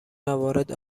موارد